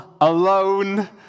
alone